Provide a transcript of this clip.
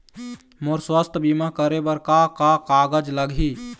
मोर स्वस्थ बीमा करे बर का का कागज लगही?